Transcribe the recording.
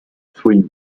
three